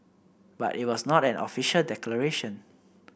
but it was not an official declaration